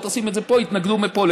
לא תשים את זה פה, יתנגדו מפה.